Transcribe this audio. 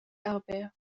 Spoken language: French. harbert